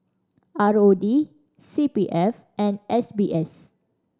R O D C P F and S B S